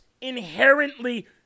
inherently